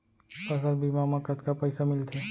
फसल बीमा म कतका पइसा मिलथे?